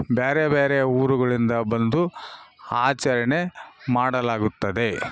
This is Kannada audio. ಬೇರೆ ಬೇರೆ ಊರುಗಳಿಂದ ಬಂದು ಆಚರಣೆ ಮಾಡಲಾಗುತ್ತದೆ